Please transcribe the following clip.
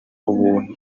ubuntu